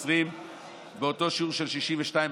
המסרים השקרי הזה שלכם,